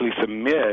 submit